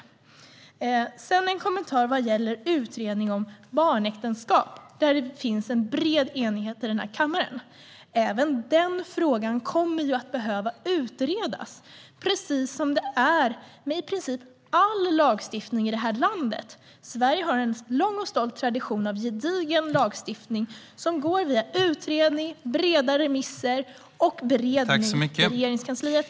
Sedan har jag en kommentar vad gäller utredning om barnäktenskap, där det finns en bred enighet i den här kammaren. Även den frågan kommer att behöva utredas, precis som med all lagstiftning i det här landet. Sverige har en lång och stolt tradition av gedigen lagstiftning via utredning, breda remisser och beredning i Regeringskansliet.